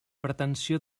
pretensió